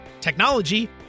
technology